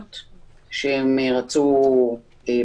שיבואו אליו